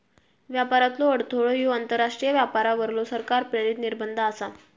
व्यापारातलो अडथळो ह्यो आंतरराष्ट्रीय व्यापारावरलो सरकार प्रेरित निर्बंध आसा